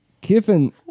Kiffin